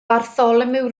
bartholomew